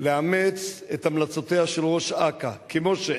לאמץ את המלצותיה של ראש אכ"א כמו שהן,